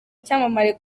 icyamamare